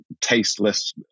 tasteless